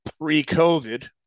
pre-COVID